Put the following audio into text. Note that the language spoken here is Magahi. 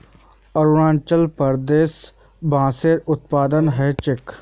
अरुणाचल प्रदेशत बांसेर उत्पादन ह छेक